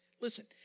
Listen